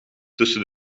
tussen